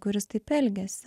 kuris taip elgiasi